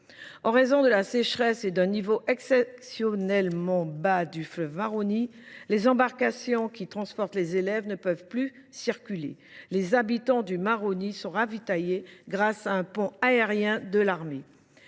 en raison de la sécheresse et d’un niveau exceptionnellement bas du fleuve Maroni, les embarcations qui transportent les élèves ne peuvent plus circuler. Les habitants du Maroni sont ravitaillés grâce à un pont aérien mis